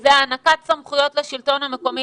וזה הענקת סמכויות לשלטון המקומי,